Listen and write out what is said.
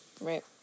right